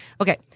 Okay